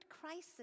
crisis